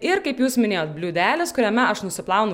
ir kaip jūs minėjot bliūdelis kuriame aš nusiplaunu